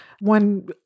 One